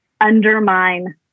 Undermine